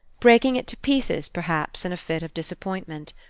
breaking it to pieces perhaps, in a fit of disappointment.